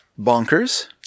Bonkers